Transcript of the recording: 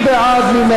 מי בעד?